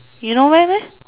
you know where meh